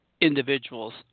individuals